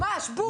ממש בול ככה.